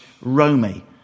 Romy